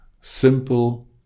simple